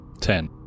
Ten